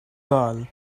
gall